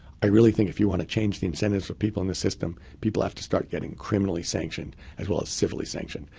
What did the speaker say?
i really think if you want to change the incentives for people in the system, people have to start getting criminally sanctioned as well as civilly sanction.